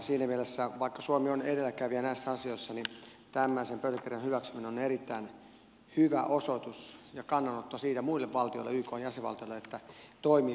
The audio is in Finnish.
siinä mielessä vaikka suomi on edelläkävijä näissä asioissa tämmöisen pöytäkirjan hyväksyminen on erittäin hyvä osoitus ja kannanotto siitä muille ykn jäsenvaltioille että toimiin pitää ryhtyä